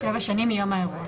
שבע שנים מיום האירוע.